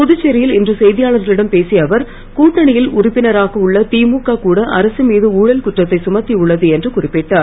புதுச்சேரியில் இன்று செய்தியாளர்களிடம் பேசிய அவர் கூட்டணியில் உறுப்பினராக உள்ள திமுக கூட அரசு மீது ஊழல் குற்றத்தை சுமத்தி உள்ளது என்று குறிப்பிட்டார்